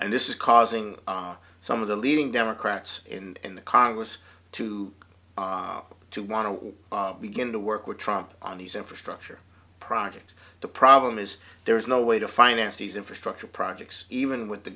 and this is causing some of the leading democrats in congress to to want to begin to work with trump on these infrastructure projects the problem is there is no way to finance these infrastructure projects even with the